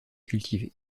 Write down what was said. cultivée